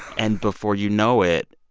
and before you know it,